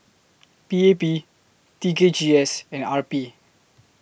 P A P T K G S and R P